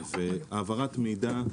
העברת מידע,